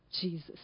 Jesus